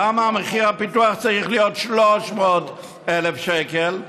למה מחיר הפיתוח צריך להיות 300,000 שקל?